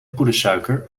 poedersuiker